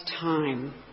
time